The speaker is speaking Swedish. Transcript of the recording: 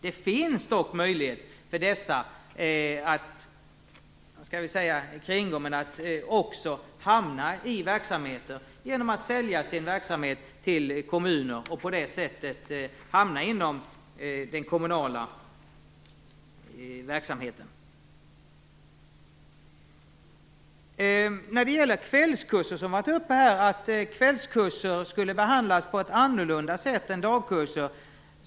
Det finns dock en möjlighet för dessa att sälja sin verksamhet till kommuner och på det sättet hamna inom den kommunala verksamheten. Det har här sagts att kvällskurser skulle behandlas på ett annorlunda sätt än dagkurser.